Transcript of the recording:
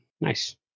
Nice